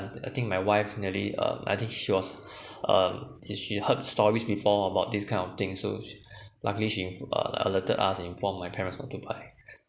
I I think my wife nearly um I think she was um this she heard stories before about this kind of thing so sh~ luckily she uh alerted us informed my parents not to buy